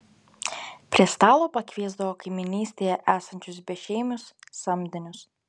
prie stalo pakviesdavo kaimynystėje esančius bešeimius samdinius